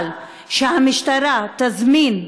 אבל שהמשטרה תזמין,